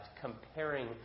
comparing